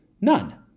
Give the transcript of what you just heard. None